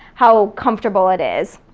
how comfortable it is.